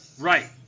Right